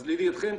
אז לידיעתכם,